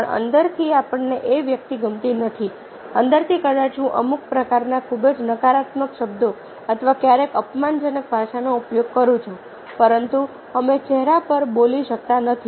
પણ અંદરથી આપણને એ વ્યક્તિ ગમતી નથી અંદરથી કદાચ હું અમુક પ્રકારના ખૂબ જ નકારાત્મક શબ્દો અથવા ક્યારેક અપમાનજનક ભાષાનો ઉપયોગ કરું છું પરંતુ અમે ચહેરા પર બોલી શકતા નથી